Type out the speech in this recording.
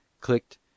CLICKED